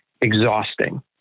exhausting